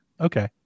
okay